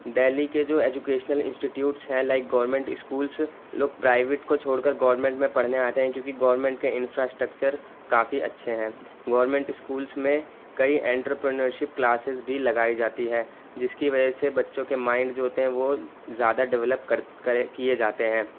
دہلی کے جو educational institutes ہیں لائک گورنمنٹ اسکولس لوگ پرائیویٹ کو چھوڑ کر گورنمنٹ میں پڑھنے آتے ہیں کیونکہ گورنمنٹ کے انفراسٹکچر کافی اچھے ہیں گورنمنٹ اسکولس میں کئی اینٹرپرونر شپ کلاسز بھی لگائی جاتی ہیں جس کی وجہ سے بچوں کے مائنڈ جو ہوتے ہیں وہ زیادہ ڈیویلپ کر کرے کیے جاتے ہیں